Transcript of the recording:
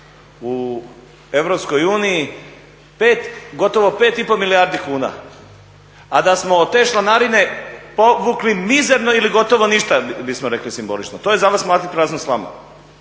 5, gotovo 5,5 milijardi kuna a da smo od te članarine povukli ili gotovo ništa bismo rekli simbolično. To je za vas mlatiti praznu slamu?